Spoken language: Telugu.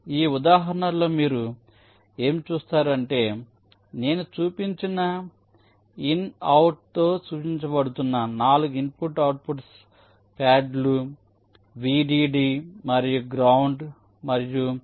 ఈ ఉదాహరణలో మీరు ఏమి చూస్తారు అంటేనేను చూపించిన ఇన్ అవుట్ తో చూపించబడుతున్న 4 ఇన్పుట్ అవుట్పుట్ ప్యాడ్లు విడిడి మరియు గ్రౌండ్ మరియు ఒక గేట్